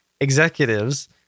executives